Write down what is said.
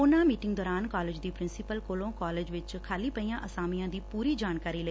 ਉਨਾਂ ਮੀਟਿੰਗ ਦੌਰਾਨ ਕਾਲਜ ਦੀ ਪ੍ਰਿੰਸੀਪਲ ਕੋਲੋਂ ਕਾਲਜ ਵਿਚ ਖਾਲੀ ਪਈਆਂ ਆਸਾਮੀਆਂ ਦੀ ਪੁਰੀ ਜਾਣਕਾਰੀ ਲਈ